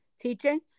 teaching